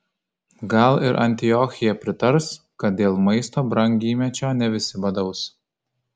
gal ir antiochija pritars kad dėl maisto brangymečio ne visi badaus